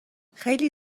خیلی